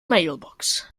mailbox